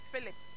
Philip